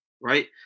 right